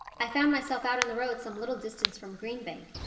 i found myself out in the road some little distance from green bank,